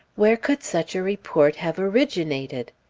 where could such a report have originated?